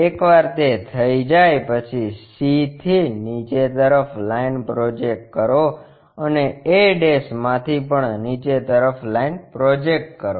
એકવાર તે થઈ જાય પછી c થી નીચે તરફ લાઈન પ્રોજેક્ટ કરો અને a માંથી પણ નિચે તરફ઼ લાઈન પ્રોજેક્ટ કરો